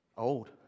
old